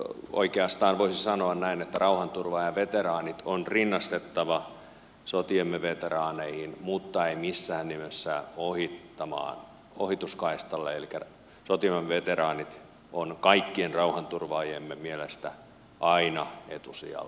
oikeastaan voisi sanoa näin että rauhanturvaajaveteraanit on rinnastettava sotiemme veteraaneihin mutta ei missään nimessä ohituskaistalle elikkä sotiemme veteraanit ovat kaikkien rauhanturvaajiemme mielestä aina etusijalla